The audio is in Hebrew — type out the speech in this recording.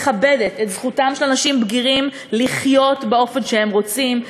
מכבדת את זכותם של אנשים בגירים לחיות באופן שהם רוצים,